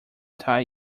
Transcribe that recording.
tie